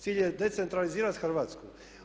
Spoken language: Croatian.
Cilj je decentralizirati Hrvatsku.